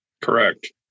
Correct